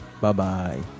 Bye-bye